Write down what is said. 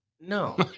no